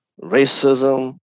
racism